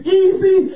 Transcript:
easy